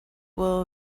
will